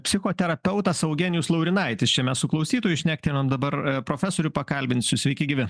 psichoterapeutas eugenijus laurinaitis čia mes su klausytoju šnektelėjom dabar profesorių pakalbinsiu sveiki gyvi